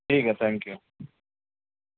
ٹھیک ہے thank you